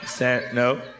no